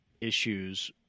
issues